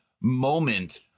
moment